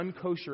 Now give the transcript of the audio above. unkosher